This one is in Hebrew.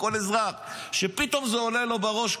כל אזרח שפתאום זה עולה לו בראש,